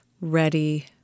ready